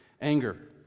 anger